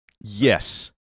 Yes